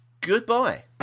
Goodbye